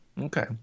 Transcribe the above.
Okay